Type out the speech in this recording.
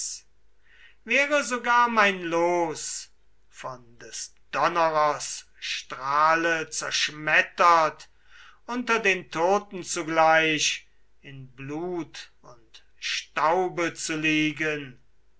wäre sogar mein los von des donnerers strahle zerschmettert unter den toten zugleich in blut und staube zu liegen